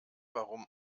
warum